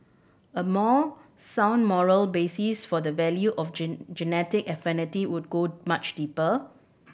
a more sound moral basis for the value of genetic affinity would go much deeper